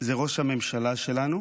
זה ראש הממשלה שלנו.